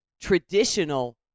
traditional